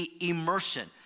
immersion